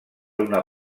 una